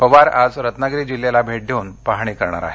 पवार आज रत्नागिरी जिल्ह्याला भेट देऊन पाहणी करणार आहेत